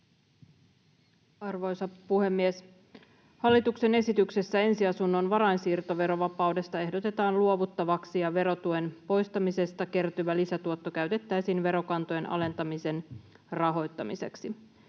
Arvoisa puhemies! Hallituksen esityksessä ensiasunnon varainsiirtoverovapaudesta ehdotetaan luovuttavaksi, ja verotuen poistamisesta kertyvä lisätuotto käytettäisiin verokantojen alentamisen rahoittamiseksi.